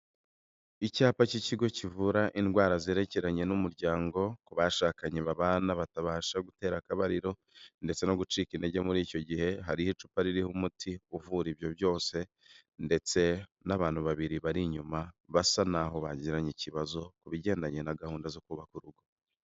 Icyapa k'ikigo kivura indwara zerekeranye n'umuryango, ku bashakanye babana batabasha gutera akabariro ndetse no gucika intege muri icyo gihe, hariho icupa ririho umuti uvura ibyo byose ndetse n'abantu babiri bari inyuma basa naho bagiranye ikibazo ku bigendanye na gahunda zo kubaka urugo.